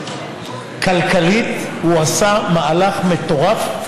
כלכלית הוא עשה מהלך מטורף,